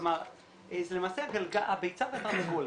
כלומר זה למעשה הביצה והתרנגולת.